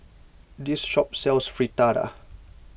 this shop sells Fritada